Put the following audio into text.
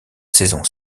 saison